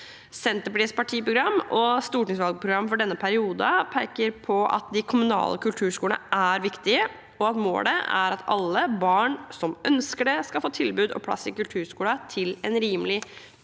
Senterpartiets partiprogram og stortingsvalgprogram for denne perioden peker på at de kommunale kulturskolene er viktige, og at målet er at alle barn som ønsker det, skal få tilbud om plass i kulturskolen til en rimelig pris.